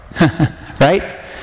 Right